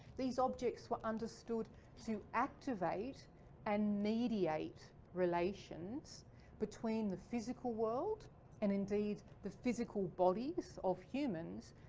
these objects were understood to activate and mediate relations between the physical world and indeed the physical bodies of humans,